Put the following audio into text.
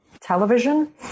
television